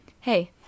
hey